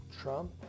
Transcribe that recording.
Trump